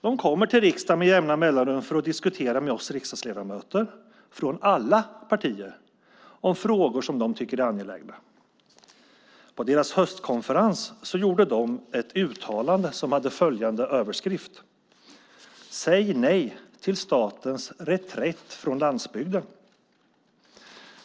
De kommer till riksdagen med jämna mellanrum för att diskutera frågor som de tycker är angelägna med oss riksdagsledamöter från alla partier. På sin höstkonferens gjorde de ett uttalande som hade följande överskrift: Säg nej till statens reträtt från landsbygden.